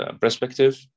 perspective